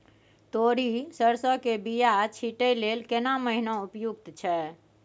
तोरी, सरसो के बीया छींटै लेल केना महीना उपयुक्त छै?